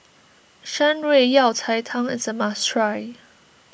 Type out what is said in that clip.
Shan Rui Yao Cai Tang is a must try